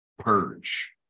purge